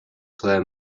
player